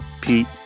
Pete